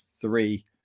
three